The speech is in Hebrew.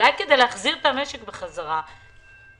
אולי כדי להחזיר את המשק בחזרה, תמריץ.